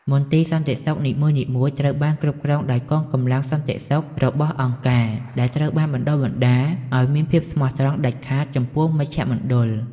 មន្ទីរសន្តិសុខនីមួយៗត្រូវបានគ្រប់គ្រងដោយកងកម្លាំងសន្តិសុខរបស់អង្គការ ដែលត្រូវបានបណ្តុះបណ្តាលឱ្យមានភាពស្មោះត្រង់ដាច់ខាតចំពោះមជ្ឈមណ្ឌល។